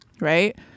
right